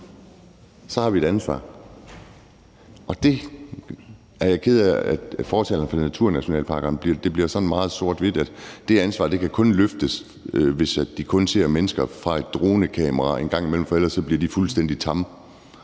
så har vi et ansvar. Der er jeg ked af, at det for fortalerne for naturnationalparkerne bliver sådan meget sort-hvidt, i forhold til at det ansvar kun kan løftes, hvis dyrene kun ser mennesker i form af et dronekamera en gang imellem, for ellers bliver de fuldstændig tamme.